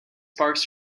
parks